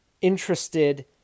interested